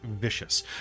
vicious